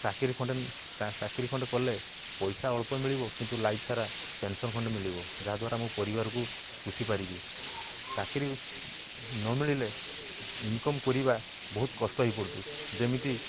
ଚାକିରୀ ଖଣ୍ଡେ ନ ଚା ଚାକିରୀ ଖଣ୍ଡେ କଲେ ପଇସା ଅଳ୍ପ ମିଳିବ କିନ୍ତୁ ଲାଇଫ୍ ସାରା ପେନ୍ସନ ଖଣ୍ଡେ ମିଳିବ ଯାହାଦ୍ୱାରା ମୋ ପରିବାରକୁ ପୋଷିପାରିବି ଚାକିରୀ ନ ମିଳିଲେ ଇନ୍କମ୍ କରିବା ବହୁତ କଷ୍ଟ ହେଇପଡ଼଼ୁଛି ଯେମିତି